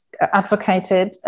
advocated